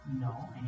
No